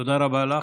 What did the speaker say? תודה רבה לך.